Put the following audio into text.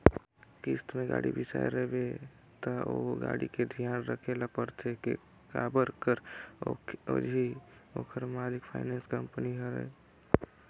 किस्ती में गाड़ी बिसाए रिबे त ओ गाड़ी के धियान राखे ल परथे के काबर कर अझी ओखर मालिक फाइनेंस कंपनी हरय